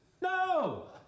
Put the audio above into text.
no